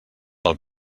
pel